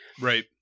Right